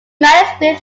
manuscript